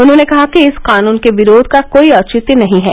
उन्होंने कहा कि इस कानन के विरोध का कोई औचित्य नहीं है